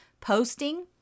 posting